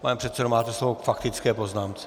Pane předsedo, máte slovo k faktické poznámce.